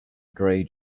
gray